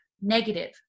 negative